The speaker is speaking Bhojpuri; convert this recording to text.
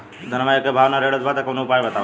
धनवा एक भाव ना रेड़त बा कवनो उपाय बतावा?